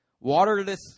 waterless